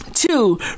Two